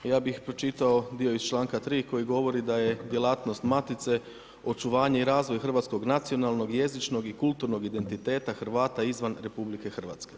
Ja bih pročitao dio iz članka 3. koji govori da je djelatnost Matice očuvanje i razvoj hrvatskog nacionalnog i jezičnog i kulturnog identiteta Hrvata izvan RH.